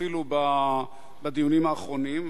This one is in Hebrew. אפילו בדיונים האחרונים,